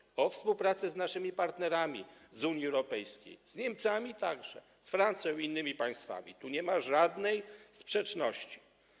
Chodzi też o współpracę z naszymi partnerami z Unii Europejskiej, z Niemcami także, z Francją i innymi państwami, tu nie ma żadnej sprzeczności.